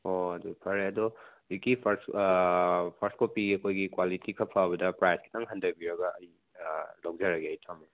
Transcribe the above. ꯍꯣꯏ ꯍꯣꯏ ꯑꯗꯨ ꯐꯔꯦ ꯑꯗꯣ ꯍꯧꯖꯤꯛꯀꯤ ꯐꯔꯁ ꯐꯔꯁ ꯀꯣꯄꯤ ꯑꯩꯈꯣꯏꯒꯤ ꯀ꯭ꯋꯥꯂꯤꯇꯤ ꯈꯔ ꯐꯕꯗ ꯄ꯭ꯔꯥꯏꯁ ꯈꯤꯇꯪ ꯍꯟꯊꯕꯤꯔꯒ ꯂꯧꯖꯔꯒꯦ ꯑꯩ ꯊꯝꯃꯦ